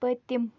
پٔتِم